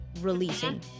releasing